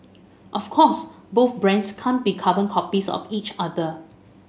of course both brands can't be carbon copies of each other